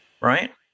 right